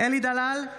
אלי דלל,